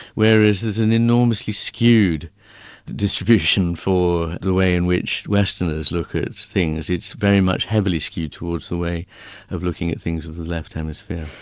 whereas there's an enormously skewed distribution for the way in which westerners look at things, it's very much heavily skewed towards the way of looking at things with the left hemisphere.